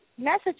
message